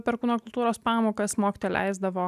per kūno kultūros pamokas mokytoja leisdavo